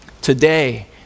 today